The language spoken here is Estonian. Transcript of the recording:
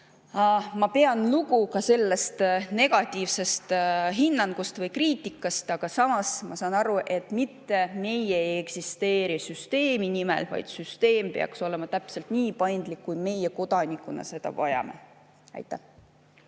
Ma pean lugu negatiivsest hinnangust või kriitikast, aga samas ma saan aru, et mitte meie ei eksisteeri süsteemi nimel, vaid süsteem peaks olema täpselt nii paindlik, kui meie kodanikena seda vajame.